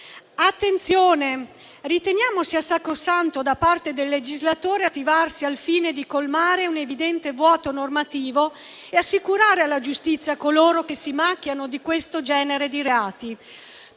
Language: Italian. riteniamo sia sacrosanto da parte del legislatore attivarsi al fine di colmare un evidente vuoto normativo e assicurare alla giustizia coloro che si macchiano di questo genere di reati.